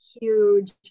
huge